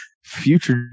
future